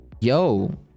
yo